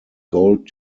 gold